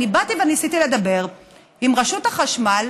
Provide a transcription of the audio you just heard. אני באתי וניסיתי לדבר עם רשות החשמל,